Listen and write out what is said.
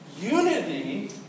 unity